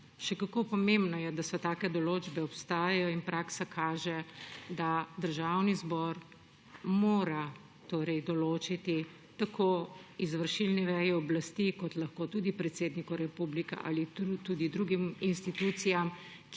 Še kako pomembno je, da take določbe obstajajo, in praksa kaže, da mora Državni zbor določiti tako izvršilni veji oblasti kot tudi predsedniku republike ali drugim institucijam,